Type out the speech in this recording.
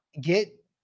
Get